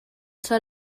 sol